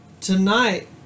tonight